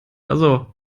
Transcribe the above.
also